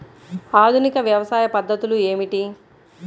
ఆధునిక వ్యవసాయ పద్ధతులు ఏమిటి?